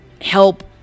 help